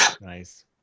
nice